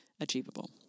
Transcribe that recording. achievable